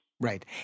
Right